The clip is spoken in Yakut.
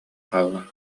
хаалла